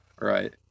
Right